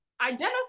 Identify